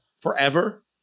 forever